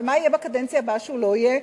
ומה יהיה בקדנציה הבאה כשהוא לא יהיה?